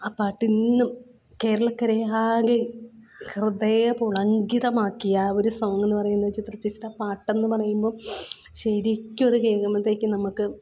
ആ പാട്ടിന്നും കേരളക്കരയാകെ ഹൃദയ പുളങ്കിതമാക്കിയ ഒരു സോങ്ങെന്ന് പറയുന്നത് ചിത്ര ചേച്ചിയുടെ പാട്ടെന്ന് പറയുമ്പോള് ശരിക്കുമത് കേള്ക്കുമ്പോഴത്തേക്കും നമുക്ക്